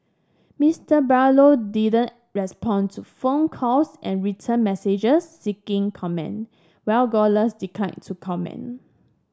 Mister Barlow didn't respond to phone calls and written messages seeking comment while Gosling declined to comment